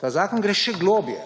ta zakon gre še globlje.